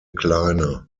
kleiner